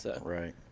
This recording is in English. Right